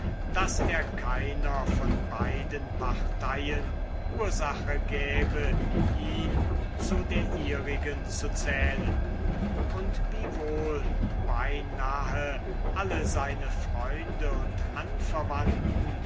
daß er keiner von beiden parteien ursach gäbe ihn zu der ihrigen zu zählen und wiewohl beinahe alle seine freunde und anverwandte